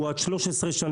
הוא עד 13 שנים,